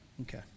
Okay